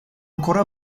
ancora